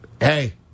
Hey